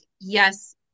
yes